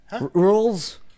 Rules